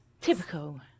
Typical